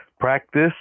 Practice